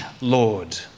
Lord